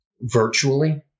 virtually